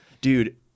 Dude